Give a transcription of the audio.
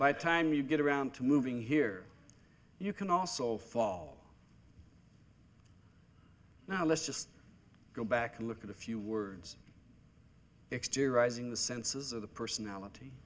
by the time you get around to moving here you can also fall now let's just go back and look at a few words exteriorizing the senses of the personality